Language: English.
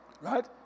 Right